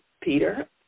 Peter